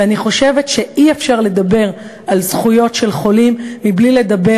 ואני חושבת שאי-אפשר לדבר על זכויות של חולים מבלי לדבר